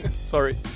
Sorry